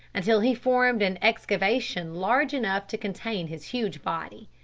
until he formed an excavation large enough to contain his huge body.